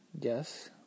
yes